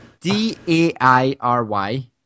D-A-I-R-Y